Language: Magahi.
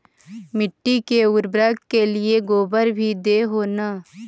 मिट्टी के उर्बरक के लिये गोबर भी दे हो न?